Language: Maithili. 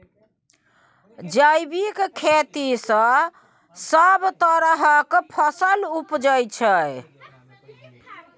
जैबिक खेती सँ सब तरहक फसल उपजै छै